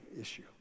issue